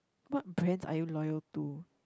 what brands are you loyal to